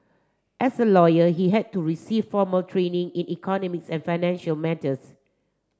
as a lawyer he had to receive formal training in economics and financial matters